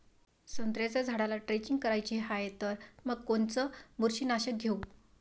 संत्र्याच्या झाडाला द्रेंचींग करायची हाये तर मग कोनच बुरशीनाशक घेऊ?